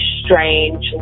strange